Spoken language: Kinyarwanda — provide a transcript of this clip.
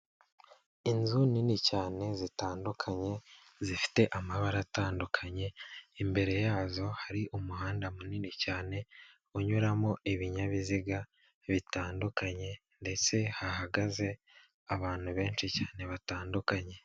Inzu nini cyane zitandukanye zifite amabara atandukanye imbere yazo hari umuhanda munini cyane unyuramo ibinyabiziga bitandukanye ndetse hahagaze abantu benshi cyane batandukanye.